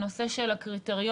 הנושא של הקריטריונים,